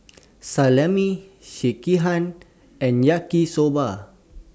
Salami Sekihan and Yaki Soba